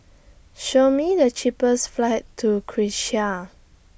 Show Me The cheapest flights to Czechia